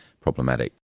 problematic